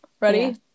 Ready